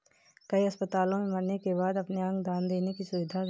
कई अस्पतालों में मरने के बाद अपने अंग दान देने की सुविधा है